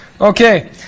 Okay